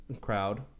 crowd